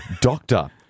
Doctor